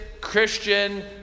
Christian